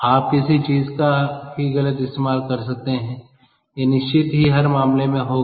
आप किसी चीज का ही गलत इस्तेमाल कर सकते हैं यह निश्चित ही हर मामले में होगा